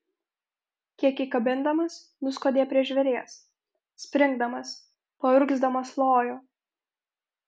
kiek įkabindamas nuskuodė prie žvėries springdamas paurgzdamas lojo